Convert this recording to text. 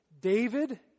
David